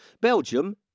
Belgium